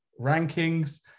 rankings